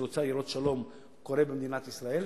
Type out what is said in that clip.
שרוצה לראות שלום במדינת ישראל,